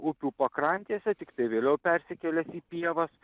upių pakrantėse tiktai vėliau persikėlęs į pievas